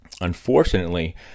unfortunately